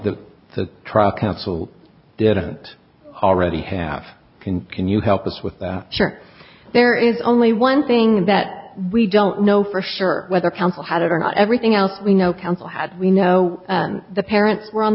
the trial counsel didn't already have can can you help us with that sure there is only one thing that we don't know for sure whether counsel had it or not everything else we know counsel had we know the parents were on